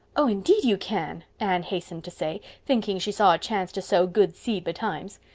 oh, indeed you can, anne hastened to say, thinking she saw a chance to sow good seed betimes.